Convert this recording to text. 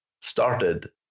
started